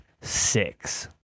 six